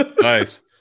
Nice